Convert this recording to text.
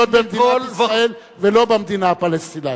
במדינת ישראל ולא במדינה הפלסטינית?